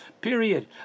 period